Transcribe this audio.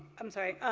i'm sorry